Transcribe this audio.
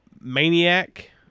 Maniac